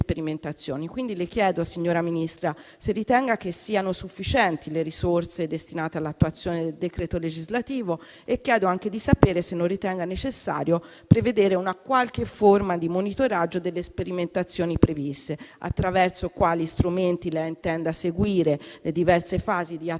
Quindi le chiedo, signora Ministra, se ritenga che le risorse destinate all'attuazione del decreto legislativo siano sufficienti e chiedo anche di sapere se non ritenga necessario prevedere una qualche forma di monitoraggio delle sperimentazioni previste; attraverso quali strumenti lei intenda seguire le diverse fasi di attuazione